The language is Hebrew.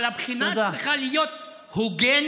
אבל הבחינה צריכה להיות הוגנת,